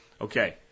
okay